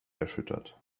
erschüttert